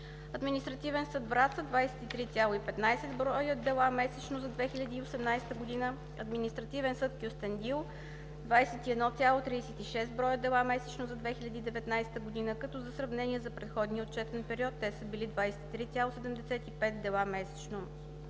Административен съд – Враца: 23,15 дела месечно за 2018 г.; Административен съд – Кюстендил: 21,36 дела месечно за 2019 г., като за сравнение – за предходния отчетен период те са били 23,75 дела месечно;